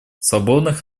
свободных